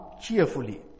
cheerfully